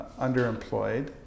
underemployed